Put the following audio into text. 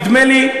נדמה לי,